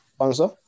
answer